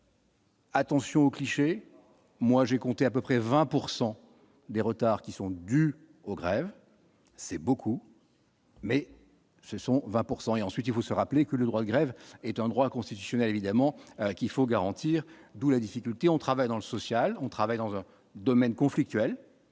Attention aux clichés, moi j'ai compté à peu près 20 pourcent des retards qui sont dus aux grèves, c'est beaucoup. Mais ce sont 20 pourcent et ensuite il faut se rappeler que le droit de grève est un droit constitutionnel, évidemment qu'il faut garantir, d'où la difficulté, on travaille dans le social, on travaille dans un domaine conflictuelle